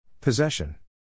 Possession